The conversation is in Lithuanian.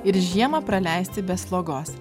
ir žiemą praleisti be slogos